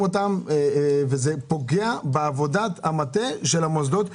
אותם וזה פוגע בעבודת המטה של המוסדות התורניים.